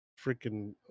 Freaking